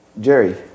Jerry